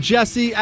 Jesse